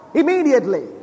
immediately